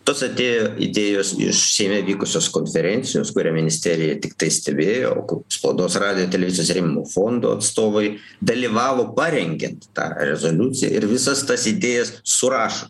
tos atėjo idėjos iš seime vykusios konferencijos kurią ministerija tiktai stebėjo spaudos radijo televizijos rėmimo fondo atstovai dalyvavo parengiant tą rezoliuciją ir visas tas idėjas surašo